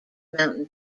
mountain